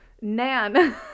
Nan